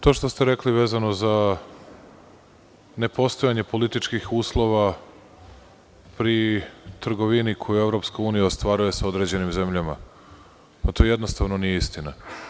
To što ste rekli vezano za nepostojanje političkih uslova pri trgovini koju EU ostvaruje sa određenim zemljama nije istina.